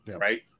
right